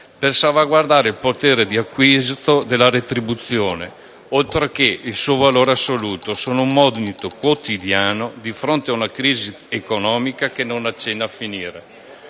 per salvaguardare il potere di acquisto della retribuzione, oltreché il suo valore assoluto, sono un monito quotidiano di fronte a una crisi economica che non accenna a finire;